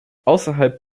ausserhalb